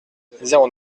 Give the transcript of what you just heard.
zéro